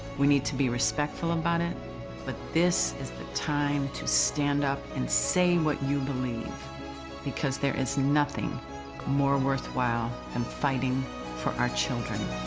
we need to be respectful about it but this is the time to stand up and say what you believe because there is nothing more worthwhile than and fighting for our children.